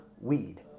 weed